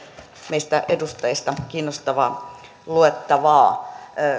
meistä edustajista kiinnostavaa luettavaa